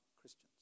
Christians